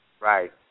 Right